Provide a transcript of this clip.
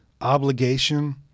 obligation